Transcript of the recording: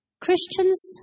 Christians